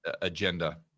agenda